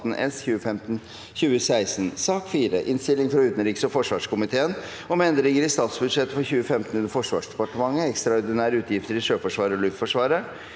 4. Innstilling fra utenriks- og forsvarskomiteen om endringer i statsbudsjettet for 2015 under Forsvarsdepartementet (ekstraordinære utgifter i Sjøforsvaret og Luftforsvaret)